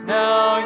now